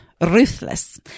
ruthless